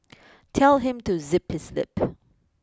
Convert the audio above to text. tell him to zip his lip